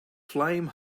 flame